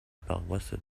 paroisse